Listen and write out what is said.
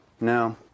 No